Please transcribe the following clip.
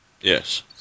Yes